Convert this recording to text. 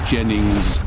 Jennings